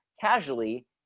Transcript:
casually